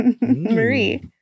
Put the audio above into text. Marie